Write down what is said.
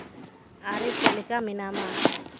ᱟᱨᱮ ᱪᱮᱫ ᱞᱮᱠᱟ ᱢᱮᱱᱟᱢᱟ